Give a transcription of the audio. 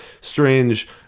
strange